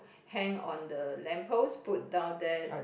hang on the lamp post put down there